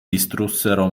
distrussero